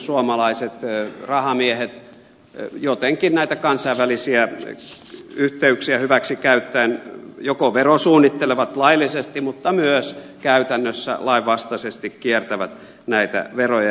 suomalaiset rahamiehet jotenkin näitä kansainvälisiä yhteyksiä hyväksi käyttäen joko verosuunnittelevat laillisesti mutta myös käytännössä lainvastaisesti kiertävät veroja